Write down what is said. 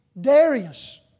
Darius